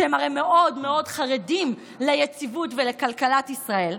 שהם הרי מאוד מאוד חרדים ליציבות ולכלכלת ישראל?